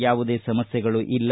ಯಾವುದೇ ಸಮಸ್ತೆಗಳು ಇಲ್ಲ